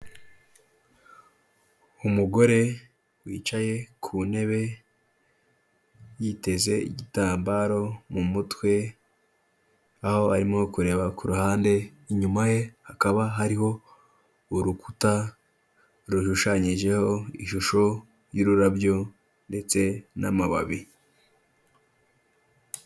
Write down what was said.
Umugore wicaye ku ntebe, yiteze igitambaro mu mutwe, aho arimo kureba ku ruhande, inyuma ye hakaba hariho urukuta rushushanyijeho ishusho y'ururabyo, ndetse n'amababi.